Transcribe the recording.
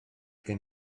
gen